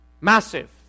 massive